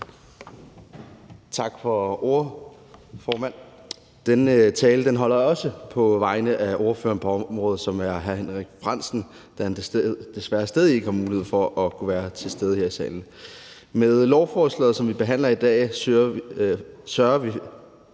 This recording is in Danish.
Tak for ordet, formand. Denne tale holder jeg også på vegne af ordføreren på området, som er hr. Henrik Frandsen, da han desværre stadig ikke har mulighed for at kunne være til stede her i salen. Med lovforslaget, som vi behandler i dag, søger vi